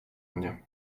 mnie